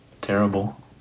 terrible